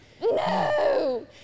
No